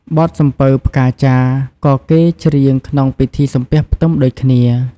បទសំពៅផ្កាចារ ក៏គេច្រៀងក្នុងពិធីសំពះផ្ទឹមដូចគ្នា។